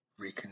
reconnect